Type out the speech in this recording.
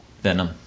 Venom